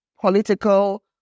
political